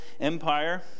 empire